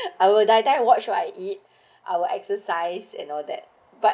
I will die die watch what I eat i'll exercise and all that but